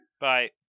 bye